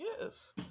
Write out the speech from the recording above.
Yes